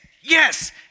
yes